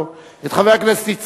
את חברת הכנסת רחל אדטו,